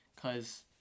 cause